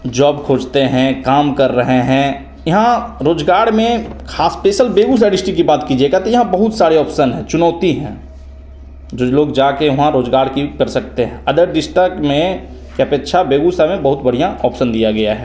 job खोजते हैं काम कर रहें हैं यहाँ रोज़गार में ख़ास पेशल बेगूसराय डिस्ट्रीक्ट की बात कीजिएगा तो यहाँ बहुत सारे ऑप्शन है चुनौती हैं जो लोग जा कर वहाँ रोज़गार की कर सकते हैं अदर डिस्टक में अपेक्षा बेगूसराय में बहुत बढ़िया आप्शन दिया गया है